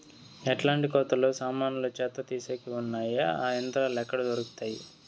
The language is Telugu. ఎట్లాంటి కోతలు సామాన్లు చెత్త తీసేకి వున్నాయి? ఆ యంత్రాలు ఎక్కడ దొరుకుతాయి?